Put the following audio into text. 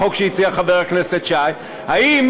החוק שהציע חבר הכנסת שי: האם